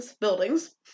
buildings